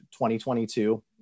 2022